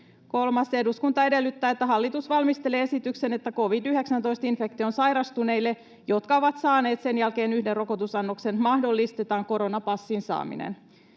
3. Eduskunta edellyttää, että hallitus valmistelee esityksen, että covid-19-infektioon sairastuneille, jotka ovat saaneet sen jälkeen yhden rokotusannoksen, mahdollistetaan koronapassin saaminen.